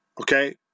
Okay